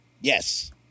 Yes